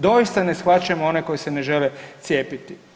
Doista ne shvaćam one koji se ne žele cijepiti.